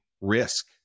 risk